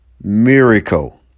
miracle